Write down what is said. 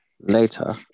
Later